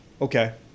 okay